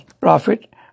Prophet